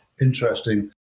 interesting